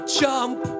jump